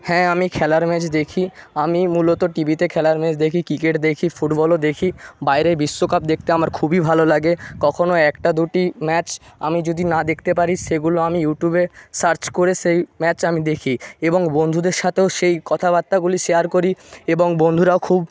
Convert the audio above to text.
হ্যাঁ আমি খেলার ম্যাচ দেখি আমি মূলত টিভিতে খেলার ম্যাচ দেখি ক্রিকেট দেখি ফুটবলও দেখি বাইরে বিশ্বকাপ দেখতে আমার খুবই ভালো লাগে কখনো একটা দুটি ম্যাচ আমি যদি না দেখতে পারি সেগুলো আমি ইউটিউবে সার্চ করে সেই ম্যাচ আমি দেখি এবং বন্ধুদের সাথেও সেই কথাবার্তাগুলি শেয়ার করি এবং বন্ধুরাও খুব